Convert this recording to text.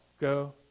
go